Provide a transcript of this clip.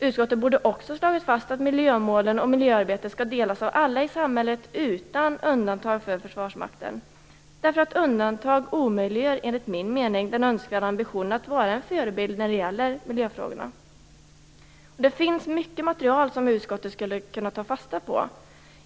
Utskottet borde också ha slagit fast att miljömålen och miljöarbetet skall delas av alla i samhället utan undantag för Försvarsmakten. Undantag omöjliggör enligt min mening den önskvärda ambitionen att vara en förebild när det gäller miljöfrågorna. Det finns mycket material som utskottet skulle ha kunnat ta fasta på.